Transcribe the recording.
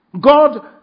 God